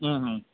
हा हा